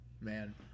man